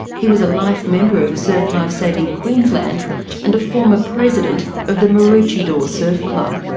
he was a life member of surf life saving queensland and a former president of the maroochydore surf club.